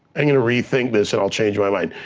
i'm gonna rethink this and i'll change my mind.